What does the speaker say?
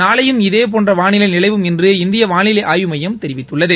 நாளையும் இதேபோன்ற வானிலை நிலவும் என்று இந்திய வானிலை ஆய்வு மையம் தெரிவித்துள்ளது